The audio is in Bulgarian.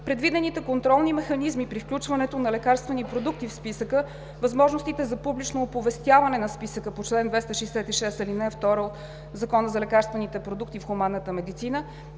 предвидените контролни механизми при включване на лекарствени продукти в списъка, възможностите за публично оповестяване на списъка по чл. 266а, ал. 2 от Закона за лекарствените продукти в хуманната медицина,